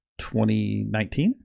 2019